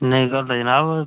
नेईं दसदे जनाब